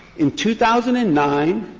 in two thousand and nine,